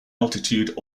altitude